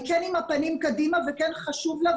היא כן עם הפנים קדימה וכן חשוב לה,